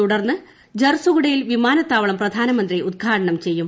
തുടർന്ന് ത്ധർസുഗുഡയിൽ വിമാനത്താവളം പ്രധാനമന്ത്രി ഉദ്ഘാടനം ചെയ്യും